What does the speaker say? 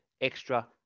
extra